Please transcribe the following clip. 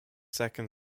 second